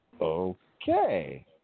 Okay